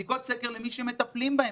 בדיקות סקר למי שמטפלים בהם,